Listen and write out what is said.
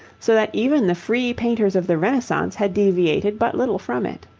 so that even the free painters of the renaissance had deviated but little from it.